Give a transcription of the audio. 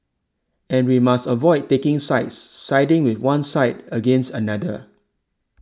and we must avoid taking sides siding with one side against another